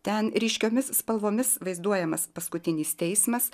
ten ryškiomis spalvomis vaizduojamas paskutinis teismas